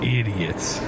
idiots